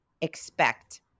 expect